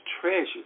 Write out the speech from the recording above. treasure